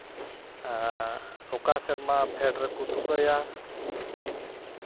ᱟᱨ ᱚᱠᱟ ᱥᱮᱨᱢᱟ ᱯᱷᱮᱰ ᱨᱮᱠᱚ ᱛᱩᱠᱟᱹᱭᱟ